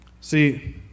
See